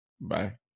Bye